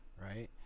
right